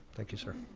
thank you, sir.